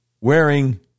wearing